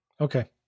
Okay